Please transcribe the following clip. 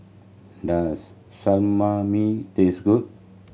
does Samami taste good